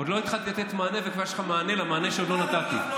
עוד לא התחלתי לתת מענה וכבר יש לך מענה למענה שעוד לא נתתי.